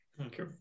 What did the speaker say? Okay